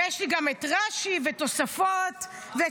ויש לי גם את רש"י ותוספות וכאלה.